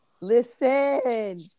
listen